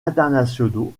internationaux